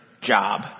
job